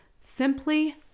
simply